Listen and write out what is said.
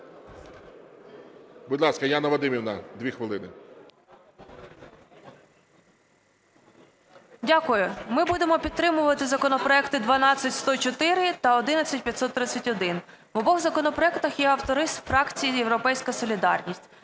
Будь ласка, Яна Вадимівна, 2 хвилини. 10:46:08 ЗІНКЕВИЧ Я.В. Дякую. Ми будемо підтримувати законопроекти 12104 та 11531, в обох законопроектах є автори з фракції "Європейська солідарність".